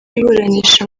iburanisha